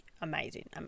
amazing